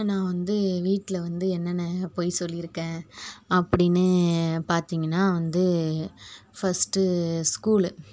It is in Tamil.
நான் வந்து வீட்டில் வந்து என்னென்ன பொய் சொல்லியிருக்கேன் அப்படின்னு பார்த்தீங்கன்னா வந்து ஃபர்ஸ்ட்டு ஸ்கூலு